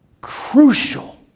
crucial